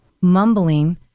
Mumbling